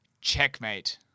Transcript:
Checkmate